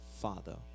father